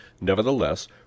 Nevertheless